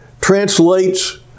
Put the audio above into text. translates